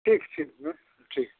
ठीक ठीक है ठीक ठीक